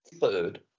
third